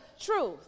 truth